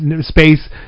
Space